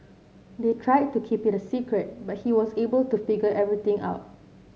they tried to keep it a secret but he was able to figure everything out